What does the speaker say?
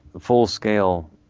full-scale